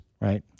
Right